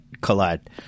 collide